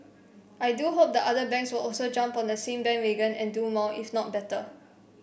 I do hope that other banks will also jump on the same bandwagon and do more if not better